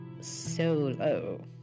solo